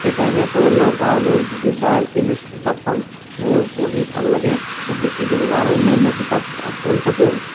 সেই কাৰণে কোয়েলো পাউলোৰ যিটো দ্য এলকেমিষ্ট কিতাপখন মোৰ পঢ়ি ভাল লাগে খুব বেছিকৈ পঢ়োঁ আৰু অন্যান্য কিতাপ পঢ়ি থাকোঁ